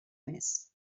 més